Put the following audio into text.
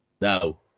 No